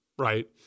Right